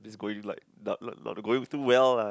it's going like da~ not not going too well lah